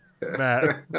Matt